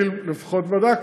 אני לפחות בדקתי,